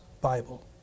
Bible